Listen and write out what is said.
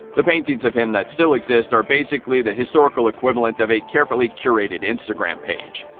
the paintings of him that still exist are basically the historical equivalent of a carefully curated instagram page.